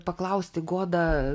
paklausti goda